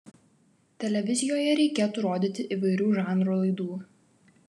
televizijoje reikėtų rodyti įvairių žanrų laidų